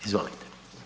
Izvolite.